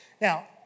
Now